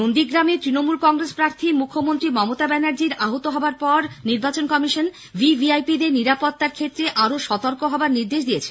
নন্দীগ্রামে তৃণমূল কংগ্রেস প্রার্থী মুখ্যমন্ত্রী মমতা ব্যানার্জি আহত হওয়ার পর নির্বাচন কমিশন ভিভিআইপি দের নিরাপত্তার ক্ষেত্রে আরও সতর্ক হওয়ার নির্দেশ দিয়েছে